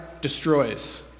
destroys